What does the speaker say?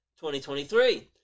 2023